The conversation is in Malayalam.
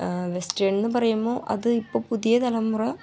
വെസ്റ്റേൺ എന്ന് പറയുമ്പോൾ അത് ഇപ്പോൾ പുതിയ തലമുറ